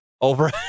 over